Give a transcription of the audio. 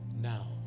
now